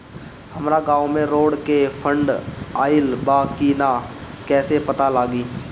हमरा गांव मे रोड के फन्ड आइल बा कि ना कैसे पता लागि?